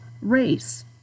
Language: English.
race